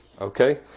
Okay